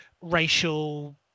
racial